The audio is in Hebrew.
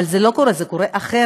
אבל זה לא קורה, זה קורה אחרת: